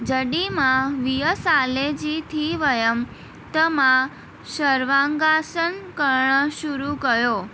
जॾहिं मां वीह साले जी थी वयमि त मां शर्वांगासन करणु शुरू कयो